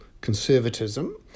conservatism